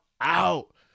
out